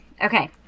Okay